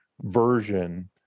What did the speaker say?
version